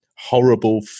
horrible